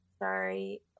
Sorry